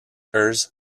hers